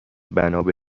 بنابه